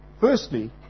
Firstly